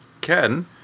Ken